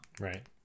Right